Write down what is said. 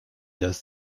das